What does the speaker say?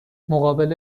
مقابل